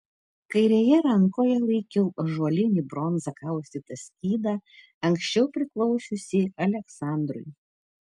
kairėje rankoje laikiau ąžuolinį bronza kaustytą skydą anksčiau priklausiusį aleksandrui